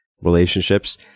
relationships